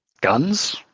guns